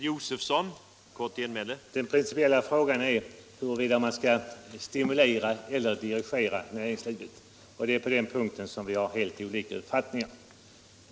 Herr talman! Den principiella frågan är huruvida man skall stimulera eller dirigera näringslivet, och det är på den punkten som vi har helt olika uppfattningar.